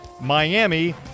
Miami